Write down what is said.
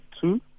Two